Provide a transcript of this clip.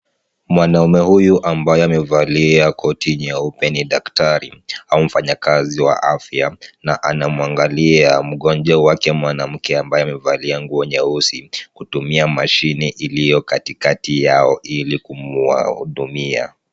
Mwanaume huyu ambaye amevalia koti nyeupe ni daktari au mfanyakazi wa afya na anamwangalia mgonjwa wake mwanamke ambaye amevalia nguo nyeusi kutumia mashini iliyo katikati yao ili kumhudumia.